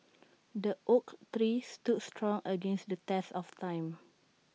the oak three stood strong against the test of time